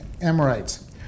Amorites